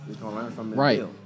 Right